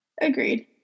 Agreed